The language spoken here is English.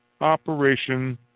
operation